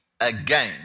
again